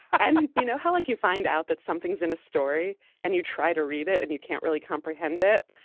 and you know how like you find out that something's in a story and you try to read it and you can't really comprehend it.